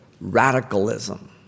radicalism